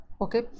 okay